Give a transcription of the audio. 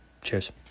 Cheers